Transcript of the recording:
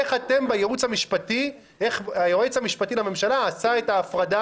איך היועץ המשפטי לממשלה עשה את ההפרדה